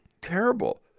terrible